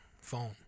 phone